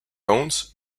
owns